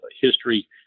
history